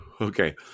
okay